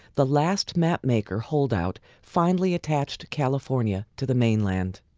the last mapmaker holdout finally attached california to the mainland.